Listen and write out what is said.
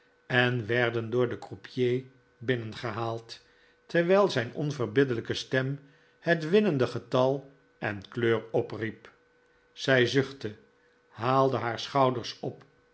en werden door den croupier binnengehaald terwijl zijn onverbiddelijke stem het winnende getal en kleur opriep zij zuchtte haalde haar schouders op